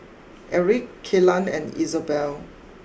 Erik Kellan and Isobel